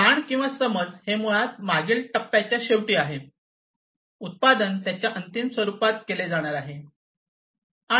जाण किंवा समज हे मुळात मागील टप्प्याच्या शेवटी आहे उत्पादन त्याच्या अंतिम स्वरूपात तयार केले जाणार आहे